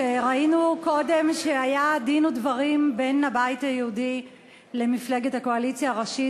ראינו קודם שהיה דין ודברים בין הבית היהודי למפלגת הקואליציה הראשית,